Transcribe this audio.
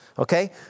Okay